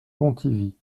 pontivy